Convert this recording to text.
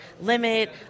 limit